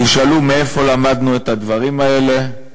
תשאלו איפה למדנו את הדברים האלה,